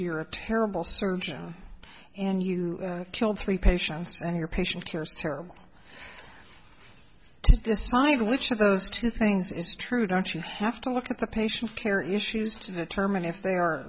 you're a terrible surgeon and you killed three patients and your patient care is terrible to decide which of those two things is true don't you have to look at the patient care issues to determine if the